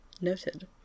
Noted